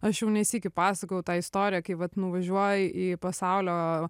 aš jau ne sykį pasakojau tą istoriją kai vat nuvažiuoji į pasaulio